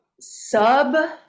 sub